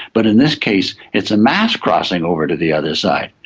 but in this case it's a mass crossing over to the other side.